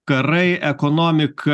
karai ekonomika